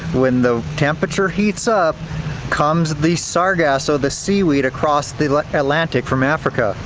when the temperature heats up comes the sargasso, the seaweed, across the like atlantic from africa.